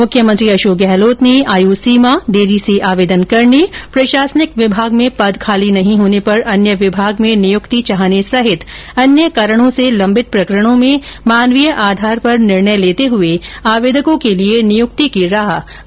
मुख्यमंत्री अशोक गहलोत ने आयु सीमा देरी से आवेदन करने प्रशासनिक विभाग में पद खाली नहीं होने पर अन्य विभाग में नियुक्ति चाहने सहित अन्य कारणों से लंबित प्रकरणों में मानवीय आधार पर निर्णय लेते हुए आवेदकों के लिए नियुक्ति की राह आसान की है